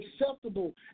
acceptable